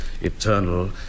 eternal